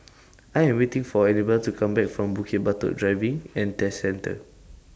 I Am waiting For Annabel to Come Back from Bukit Batok Driving and Test Centre